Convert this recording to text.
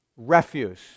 Refuse